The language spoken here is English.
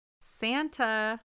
Santa